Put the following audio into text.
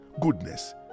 goodness